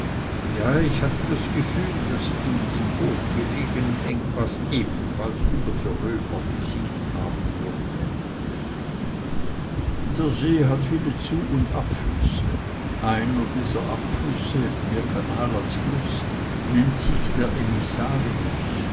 ja ich hatte das gefühl daß ich in diesem hochgelegenen engpaß ebenfalls über die römer gesiegt haben würde der see hat viele zu und abflüsse einer dieser abflüsse mehr kanal als fluß nennt sich der emissarius